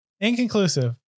inconclusive